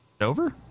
Over